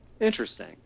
Interesting